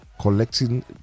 Collecting